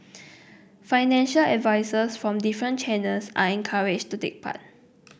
financial advisers from different channels are encouraged to take part